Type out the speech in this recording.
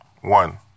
One